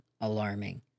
alarming